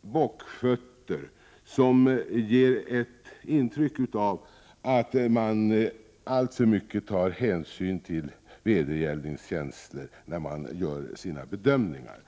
bockfötter, som ger ett intryck av att man alltför mycket tar hänsyn till vedergällningskänslor när man gör sina bedömningar.